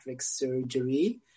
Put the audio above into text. surgery